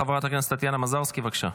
חברת הכנסת טטיאנה מזרסקי, בבקשה,